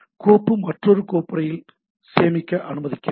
கோப்பு மற்றொரு கோப்புறையில் சேமிக்க அனுமதிக்கிறேன்